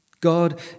God